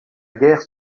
guerre